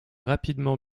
rapidement